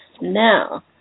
now